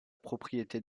propriété